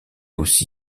aussi